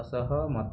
ଅସହମତ